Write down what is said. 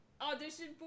audition